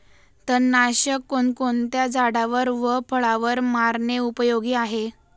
तणनाशक कोणकोणत्या झाडावर व फळावर मारणे उपयोगी आहे?